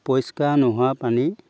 পৰিষ্কাৰ নোহোৱা পানী